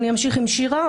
אני אמשיך עם שירה,